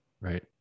right